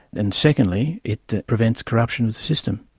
and secondly it prevents corruption of the system.